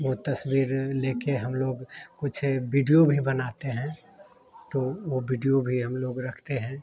वो तस्वीर लेके हम लोग कुछ बिडियो भी बनाते हैं तो वो बिडियो भी हम लोग रखते हैं